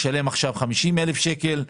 ישלם עכשיו 50 אלף שקלים.